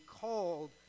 called